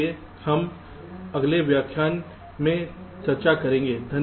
इसलिए हम अपने अगले व्याख्यान में चर्चा करेंगे